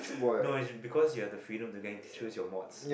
no is because you have the freedom to go and choose your mods